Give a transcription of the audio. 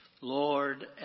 Lord